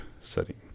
setting